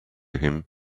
him